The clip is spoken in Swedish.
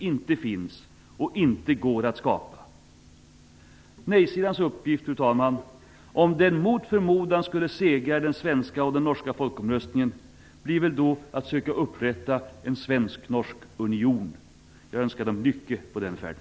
Det går inte heller att skapa ett sådant. Fru talman! Om nej-sidan mot förmodan skulle segra i den svenska och den norska folkomröstningen blir deras uppgift att söka upprätta en svensk-norsk union. Jag önskar dem lycke på den färden.